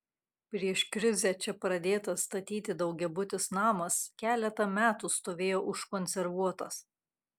prieš krizę čia pradėtas statyti daugiabutis namas keletą metų stovėjo užkonservuotas